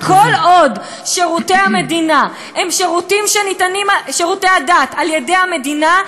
אבל כל עוד שירותי הדת הם שירותים שניתנים על-ידי המדינה,